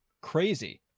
crazy